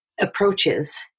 approaches